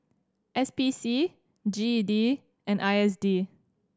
S P C G E D and I S D